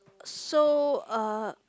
so uh